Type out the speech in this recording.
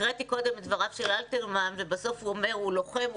הקראתי קודם את דבריו של אלתרמן ובסוף הוא אומר: הוא לוחם,